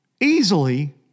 easily